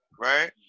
Right